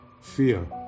fear